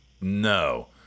No